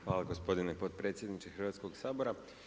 Hvala gospodine potpredsjedniče Hrvatskog sabora.